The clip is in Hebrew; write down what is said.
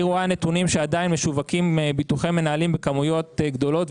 היא רואה נתונים שעדיין משווקים ביטוחי מנהלים בכמויות גדולות.